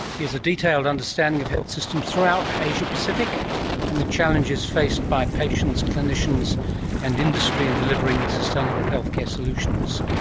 he has a detailed understanding of health systems throughout asia pacific and the challenges faced by patients, clinicians and industry in delivering sustainable healthcare solutions.